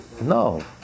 No